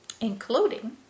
including